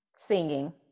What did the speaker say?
Singing